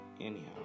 anyhow